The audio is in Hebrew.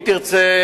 אם תרצה,